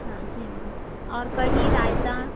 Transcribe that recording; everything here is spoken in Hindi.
हाँ जी मैम और कढ़ी रायता